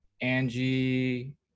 Angie